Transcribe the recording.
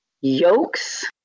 yokes